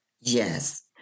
Yes